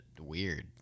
weird